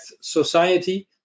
society